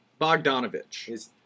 Bogdanovich